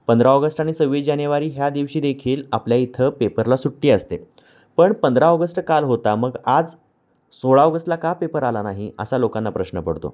पंधरा ऑगस्ट आणि सव्वीस जानेवारी ह्या दिवशी देखील आपल्या इथं पेपरला सुट्टी असते पण पंधरा ऑगस्ट काल होता मग आज सोळा ऑगस्टला का पेपर आला नाही असा लोकांना प्रश्न पडतो